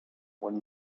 when